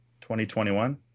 2021